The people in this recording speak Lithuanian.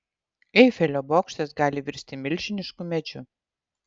eifelio bokštas gali virsti milžinišku medžiu